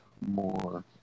more